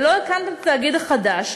ולא הקמתם את התאגיד החדש,